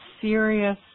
serious